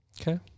okay